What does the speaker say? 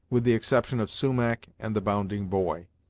with the exception of sumach and the bounding boy.